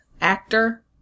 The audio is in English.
actor